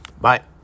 Bye